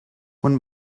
when